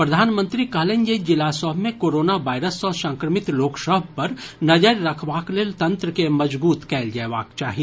प्रधानमंत्री कहलनि जे जिला सभ मे कोरोना वायरस सँ संक्रमित लोक सभ पर नजरि रखबाक लेल तंत्र के मजगूत कयल जयबाक चाही